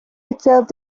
itself